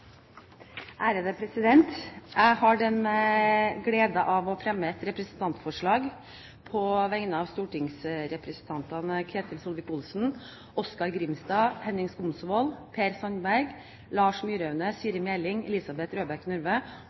Jeg har den glede å fremme et representantforslag på vegne av stortingsrepresentantene Ketil Solvik-Olsen, Oskar J. Grimstad, Henning Skumsvoll, Per Sandberg, Siri A. Meling, Elisabeth Røbekk Nørve, Lars